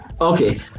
okay